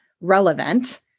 relevant